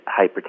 hypertension